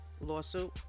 lawsuit